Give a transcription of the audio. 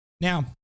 Now